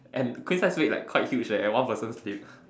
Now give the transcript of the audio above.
and queen size bed like quite huge eh and one person sleep